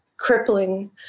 crippling